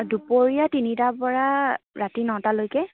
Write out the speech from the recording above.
দুপৰীয়া তিনিটাৰ পৰা ৰাতি নটালৈকে